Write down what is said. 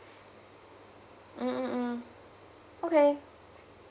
mm mm mm okay